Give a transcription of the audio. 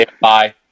bye